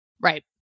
Right